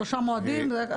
שלושה מועדים.